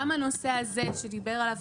גם הנושא הזה שדיבר עליו